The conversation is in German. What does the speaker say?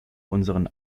unseren